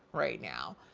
right now,